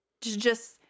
Just-